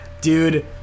dude